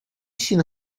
seen